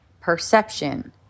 perception